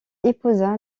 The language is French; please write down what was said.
épousa